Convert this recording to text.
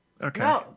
Okay